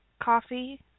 coffee